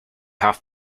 have